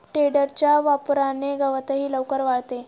टेडरच्या वापराने गवतही लवकर वाळते